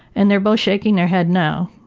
and they are both shaking their head no.